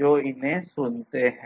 इन्हें सुनते हैं